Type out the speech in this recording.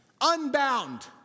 unbound